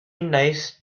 nice